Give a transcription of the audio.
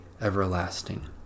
everlasting